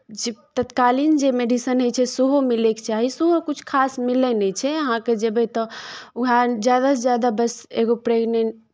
जे तत्कालीन जे मेडीसीन होइ छै सेहो मिलैके चाही सेहो किछु खास मिलै नहि छै अहाँकेँ जयबै तऽ उएह ज्यादासँ ज्यादा बस एगो प्रेगनेंट